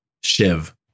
Shiv